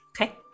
Okay